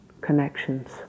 connections